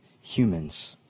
humans